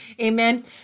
Amen